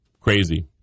crazy